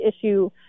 issue